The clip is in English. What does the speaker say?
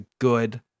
good